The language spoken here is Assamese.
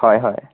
হয় হয়